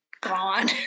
gone